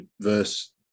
verse